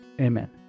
Amen